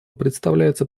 представляется